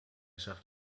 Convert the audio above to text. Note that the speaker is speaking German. schafft